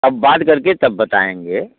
अब बात करके तब बताएंगे